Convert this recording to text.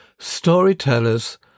storytellers